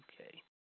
Okay